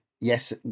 yes